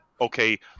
okay